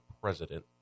president